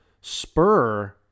spur